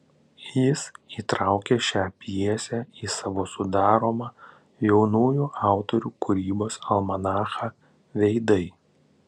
jis įtraukė šią pjesę į savo sudaromą jaunųjų autorių kūrybos almanachą veidai